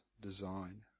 design